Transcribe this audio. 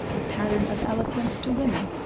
a pattern of eloquence to women,